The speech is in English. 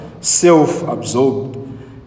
self-absorbed